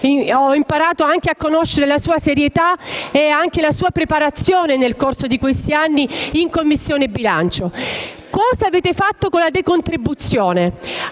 cosa avete fatto con la decontribuzione?